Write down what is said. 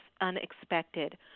unexpected